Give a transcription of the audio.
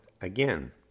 Again